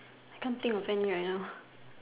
I can't think of any right now